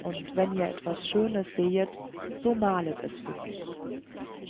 und wenn ihr etwas schönes sehet so malet es für mich